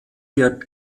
der